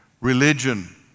religion